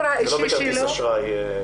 לא מכרטיס אשראי.